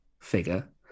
figure